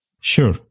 Sure